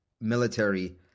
military